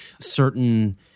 certain